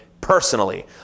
personally